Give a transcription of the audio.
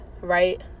right